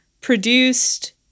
produced